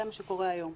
זה מה שקורה היום.